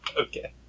Okay